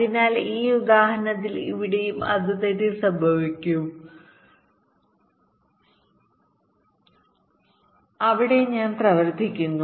അതിനാൽ ഈ ഉദാഹരണത്തിൽ ഇവിടെയും അതുതന്നെ സംഭവിക്കും അവിടെ ഞാൻ പ്രവർത്തിക്കുന്നു